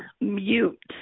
Mute